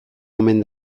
omen